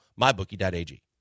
mybookie.ag